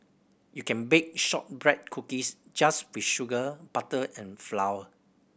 you can bake shortbread cookies just with sugar butter and flour